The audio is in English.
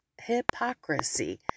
hypocrisy